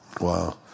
Wow